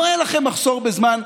לא היה לכם מחסור בזמן,